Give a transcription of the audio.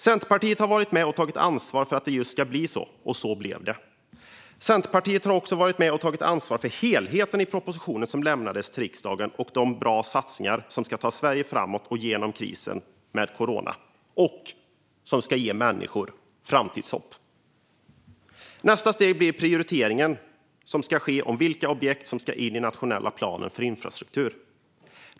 Centerpartiet har varit med och tagit ansvar för att det skulle bli just så, och så blev det. Centerpartiet har också varit med och tagit ansvar för helheten i den proposition som lämnades till riksdagen och för de bra satsningar som ska ta Sverige framåt och genom coronakrisen och ge människor framtidshopp. Nästa steg blir den prioritering som ska ske av vilka objekt som ska in i den nationella planen för infrastruktur.